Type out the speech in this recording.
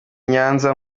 nyanza